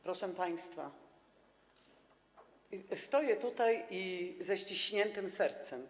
Proszę państwa, stoję tutaj ze ściśniętym sercem.